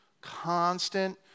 constant